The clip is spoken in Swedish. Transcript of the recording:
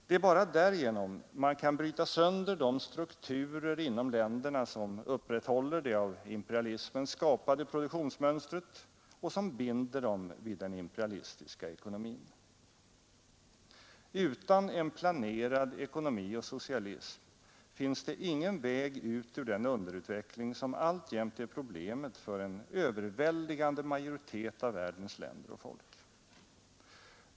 Det är bara därigenom man kan bryta sönder de strukturer inom länderna som upprätthåller det av imperialismen skapade produktionsmönstret och som binder dem vid den imperialistiska ekonomin, Utan en planerad ekonomi och socialism finns det ingen väg ut ur den underutveckling som alltjämt är problemet för en överväldigande majoritet av världens länder och folk.